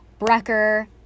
Brecker